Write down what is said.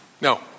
No